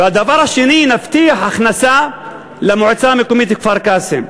ושנית, נבטיח הכנסה למועצה המקומית כפר-קאסם.